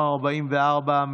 44,